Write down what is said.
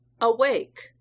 Awake